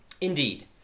Indeed